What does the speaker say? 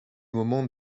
moments